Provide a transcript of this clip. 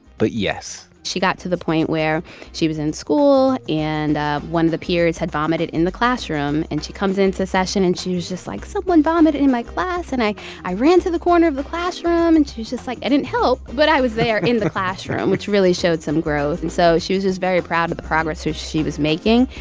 but yes she got to the point where she was in school and ah one of the peers had vomited in the classroom, and she comes into session and she was just like, someone vomited in my class, and i i ran to the corner of the classroom. and she was just like, i didn't help, but i was there in the classroom, which really showed some growth and so she was just very proud of the progress she was making.